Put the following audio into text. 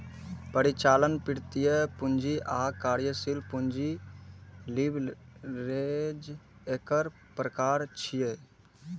परिचालन, वित्तीय, पूंजी आ कार्यशील पूंजी लीवरेज एकर प्रकार छियै